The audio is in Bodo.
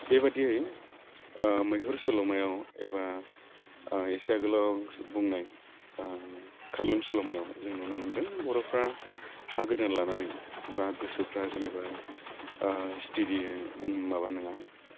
बेबायदियै मैहुर सल'मायाव एबा आं एसे आगोलाव बुंनाय खरलुं सल'मायाव जों नुनो मोनदों बर'फ्रा हा गोदान लानानै बा गोसोफ्रा जेनेबा स्टेरियो माबा नङा